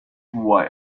why